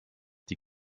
die